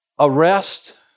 Arrest